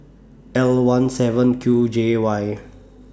L one seven Q J Y